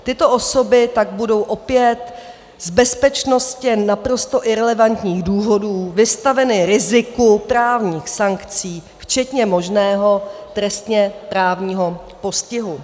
Tyto osoby tak budou opět z bezpečnostně naprosto irelevantních důvodů vystaveny riziku právních sankcí včetně možného trestněprávního postihu.